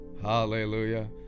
hallelujah